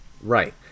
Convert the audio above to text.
Right